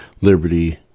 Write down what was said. liberty